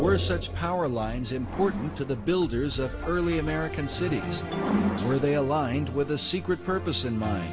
were such power lines important to the builders of early american cities were they aligned with the secret purpose in m